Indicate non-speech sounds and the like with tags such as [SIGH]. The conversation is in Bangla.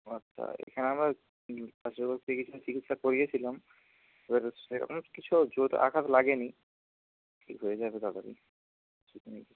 ও আচ্ছা এখানে আমরা [UNINTELLIGIBLE] চিকিৎসা চিকিৎসা করিয়েছিলাম [UNINTELLIGIBLE] সেরকম কিছু জোর আঘাত লাগেনি ঠিক হয়ে যাবে তাড়াতাড়ি [UNINTELLIGIBLE] কিছু